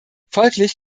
folglich